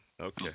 Okay